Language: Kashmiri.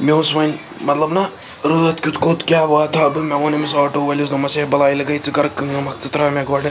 مےٚ اوس وَنۍ مطلب نہ رٲتھ کیُتھ کوٚت کیٛاہ واتہٕ ہا بہٕ مےٚ ووٚن أمِس آٹوٗ وٲلِس دوٚپمَس ہے بَلاے لَگَے ژٕ کرٕ کٲم اکھ ژٕ ترٛاو مےٚ گۄڈٕ